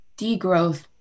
degrowth